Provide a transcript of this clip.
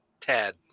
Ted